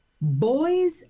Boys